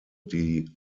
die